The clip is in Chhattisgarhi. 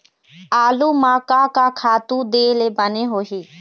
आलू म का का खातू दे ले बने होही?